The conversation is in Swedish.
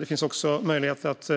Det finns också möjlighet att